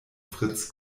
fritz